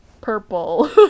purple